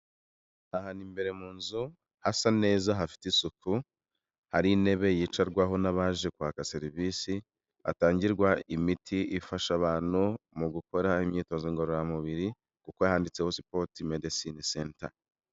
Ahantu imbere mu nzu hasa neza hafite isuku hari intebe yicarwaho n'abaje kwaka serivisi, hatangirwa imiti ifasha abantu mu gukora imyitozo ngororamubiri kuko handitseho sport medicine center.